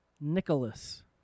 Nicholas